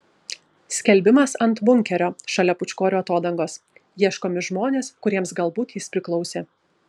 skelbimas ant bunkerio šalia pūčkorių atodangos ieškomi žmonės kuriems galbūt jis priklausė